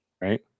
Right